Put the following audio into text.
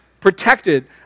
Protected